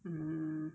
mm